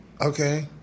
Okay